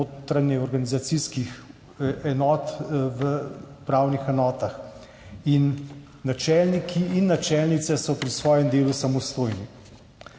notranje organizacijskih enot v upravnih enotah. Načelniki in načelnice so pri svojem delu samostojni.